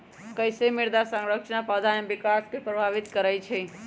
कईसे मृदा संरचना पौधा में विकास के प्रभावित करई छई?